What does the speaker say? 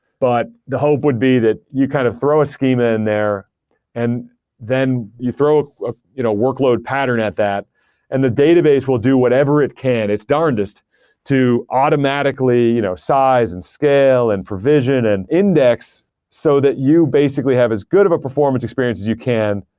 but the hope would be that you kind of throw a schema in there and then you throw ah you know a workload pattern at that and the database will do whatever it can its darndest to automatically you know size and scale and provision and index so that you basically have as good of a performance experience as you can,